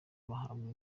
bahabwa